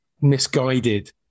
misguided